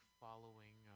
following